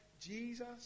Jesus